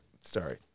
Sorry